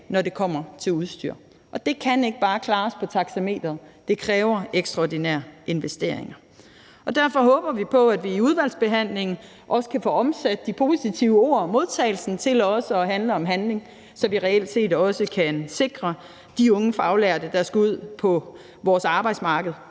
når det kommer til udstyr. Det kan ikke bare klares på taxameteret, det kræver ekstraordinære investeringer. Derfor håber vi på, at vi i udvalgsbehandlingen kan få omsat de positive ord i modtagelsen til også at handle om handling, så vi reelt set kan sikre de unge faglærte, der skal ud på vores arbejdsmarked,